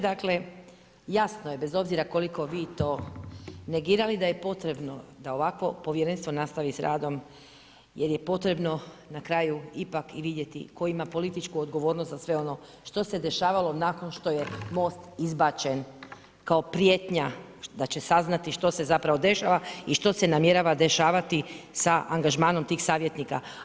Dakle, jasno je, bez obzira koliko vi to negirali, da je potrebno da ovakvo povjerenstvo nastavi s radom jer je potrebno na kraju ipak i vidjeti tko ima političku odgovornost za sve ono što se dešavalo nakon što je MOST izbačen kao prijetnja da će saznati što se zapravo dešava i što se namjerava dešavati sa angažmanom tih savjetnika.